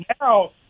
now